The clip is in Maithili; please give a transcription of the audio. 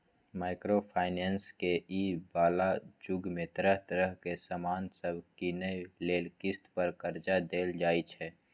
माइक्रो फाइनेंस के इ बला जुग में तरह तरह के सामान सब कीनइ लेल किस्त पर कर्जा देल जाइ छै